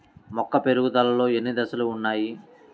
మొక్క పెరుగుదలలో ఎన్ని దశలు వున్నాయి?